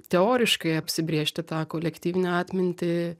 teoriškai apsibrėžti tą kolektyvinę atmintį